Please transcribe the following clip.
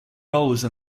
rose